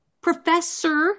professor